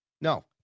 No